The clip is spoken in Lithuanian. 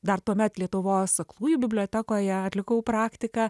dar tuomet lietuvos aklųjų bibliotekoje atlikau praktiką